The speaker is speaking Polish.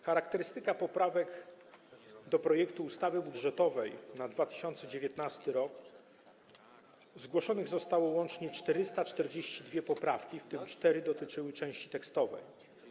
Charakterystyka poprawek do projektu ustawy budżetowej na 2019 r.: zgłoszono łącznie 442 poprawki, w tym cztery dotyczyły części tekstowej.